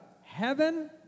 Heaven